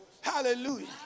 hallelujah